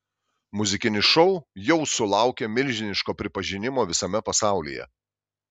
muzikinis šou jau sulaukė milžiniško pripažinimo visame pasaulyje